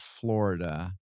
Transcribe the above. Florida